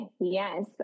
Yes